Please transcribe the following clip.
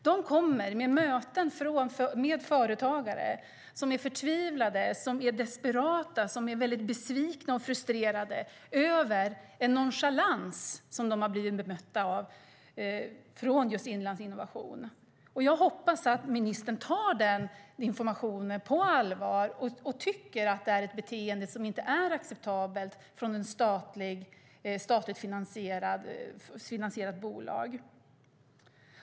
De kommer från möten med företagare som är förtvivlade, desperata, besvikna och frustrerade över den nonchalans de har blivit bemötta med från just Inlandsinnovation. Jag hoppas att ministern tar den informationen på allvar och tycker att det är ett beteende som inte är acceptabelt från ett statligt finansierat bolag.